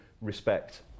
respect